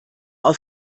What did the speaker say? auch